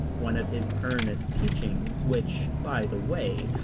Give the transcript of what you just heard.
one of his earnest teachings, which, by the way,